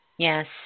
Yes